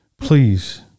Please